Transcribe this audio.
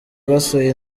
basuye